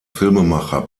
filmemacher